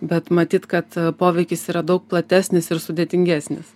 bet matyt kad poveikis yra daug platesnis ir sudėtingesnis